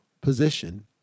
position